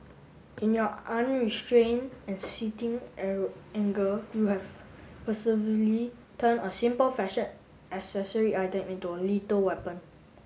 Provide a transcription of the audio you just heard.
in your unrestrain and seething anger you have turn a simple fashion accessory item into a little weapon